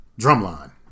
Drumline